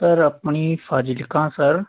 sir ਆਪਣੀ Fazilka sir